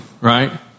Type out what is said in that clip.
right